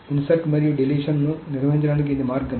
చొప్పించడం మరియు తొలగింపును నిర్వహించడానికి ఇది మార్గం